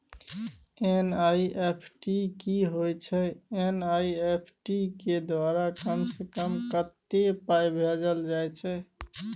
NEFT की होय छै एन.ई.एफ.टी के द्वारा कम से कम कत्ते पाई भेजल जाय छै?